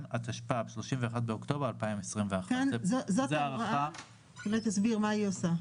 התשפ"ב (31 באוקטובר 2021)". אולי תסביר מה ההוראה הזו עושה.